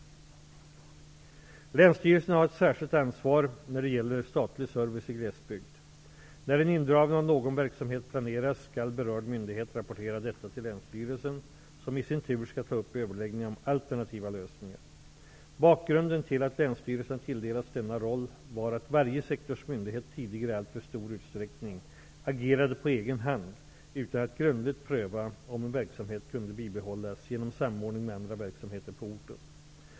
Länsstyrelserna har ett särskilt ansvar när det gäller statlig service i glesbygd. När en indragning av någon verksamhet planeras skall berörd myndighet rapportera detta till länsstyrelsen som i sin tur skall ta upp överläggningar om alternativa lösningar. Bakgrunden till att länsstyrelserna tilldelats denna roll var att varje sektorsmyndighet tidigare i alltför stor utsträckning agerade på egen hand utan att grundligt pröva om en verksamhet kunde bibehållas genom samordning med andra verksamheter på orten.